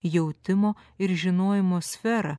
jautimo ir žinojimo sferą